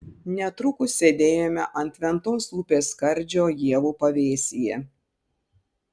netrukus sėdėjome ant ventos upės skardžio ievų pavėsyje